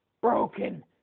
broken